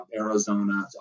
Arizona